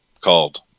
called